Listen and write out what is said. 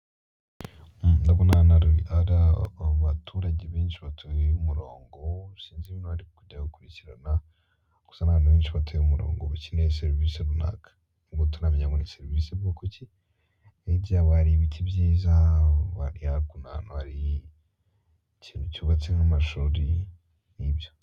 Umuhanda wa kaburimbo ufite ku ruhande uuduhanda tw'abanyamaguru ndetse hari n'amazu aturiye uwo muhanda hafi y'uduhanda tw'abanyamaguru hari ibiti bigiye bitandukanye bihakikije ndetse n'amapoto y'umuriro amurika iyo bwije.